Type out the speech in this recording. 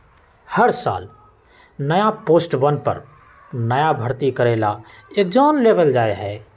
हर साल नया पोस्टवन पर नया भर्ती करे ला एग्जाम लेबल जा हई